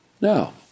Now